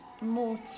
More